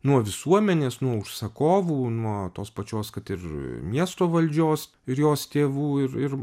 nuo visuomenės nuo užsakovų nuo tos pačios kad ir miesto valdžios ir jos tėvų ir ir